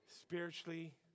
Spiritually